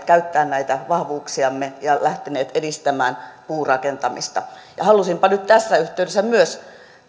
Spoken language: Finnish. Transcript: käyttää näitä vahvuuksiamme ja lähteneet edistämään puurakentamista halusinpa nyt tässä yhteydessä myös